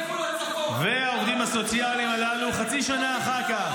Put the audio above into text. גבול הצפון ----- והעובדים הסוציאליים הללו חצי שנה אחר כך,